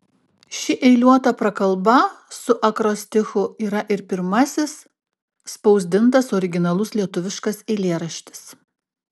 ši eiliuota prakalba su akrostichu yra ir pirmasis spausdintas originalus lietuviškas eilėraštis